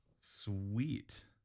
Sweet